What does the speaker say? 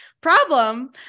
problem